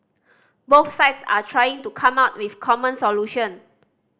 both sides are trying to come up with common solution